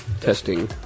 testing